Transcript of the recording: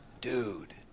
dude